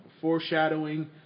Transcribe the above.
foreshadowing